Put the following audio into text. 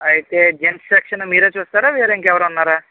అయితే gents section మీరే చూస్తారా వేరే ఇంకెవరో ఉన్నారా